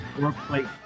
workplace